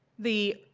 the